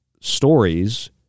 stories